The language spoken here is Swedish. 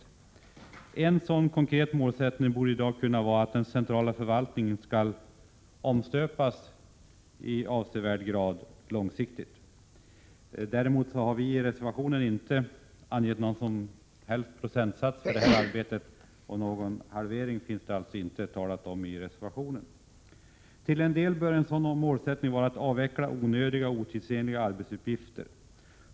En sådan konkret målsättning borde kunna vara att den centrala förvaltningen skall omstöpas i avsevärd grad långsiktigt. Däremot har vi i reservationen inte angett någon som helst procentsats för detta arbete, och någon halvering talas det alltså inte om i reservationen. Till en del bör en sådan målsättning vara att avveckla onödiga och otidsenliga arbetsuppgifter.